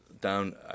down